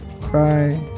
cry